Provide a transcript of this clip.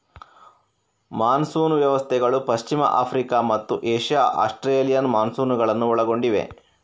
monsoon ವ್ಯವಸ್ಥೆಗಳು ಪಶ್ಚಿಮ Africa ಮತ್ತು ಏಷ್ಯಾ ಆಸ್ಟ್ರೇಲಿಯನ್ ಮಾನ್ಸೂನುಗಳನ್ನು ಒಳಗೊಂಡಿವೆ